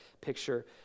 picture